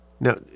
Now